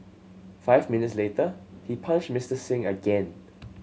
five minutes later he punched Mister Singh again